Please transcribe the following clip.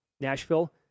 Nashville